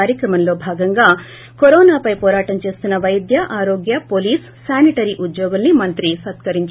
కార్యకమంలో భాగంగా కరోనాపై పోరాటం చేస్తున్న వైద్య ఆరోగ్య పోలీస్ శానిటరీ ఉద్యోగుల్ని మంత్రి సత్కరించారు